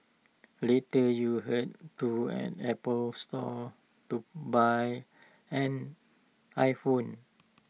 later you Head to an Apple store to buy an iPhone